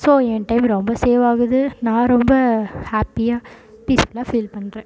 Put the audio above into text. so என் time ரொம்ப save ஆகுது நான் ரொம்ப ஹேப்பியாக பீஸ்ஃபுல்லாக ஃபீல் பண்ணுறேன்